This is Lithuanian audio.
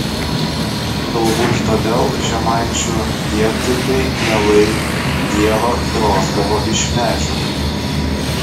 galbūt todėl žemaičių dievdirbiai mielai dievą droždavo iš medžio